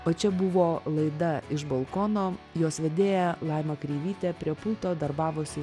o čia buvo laida iš balkono jos vedėja laima kreivytė prie pulto darbavosi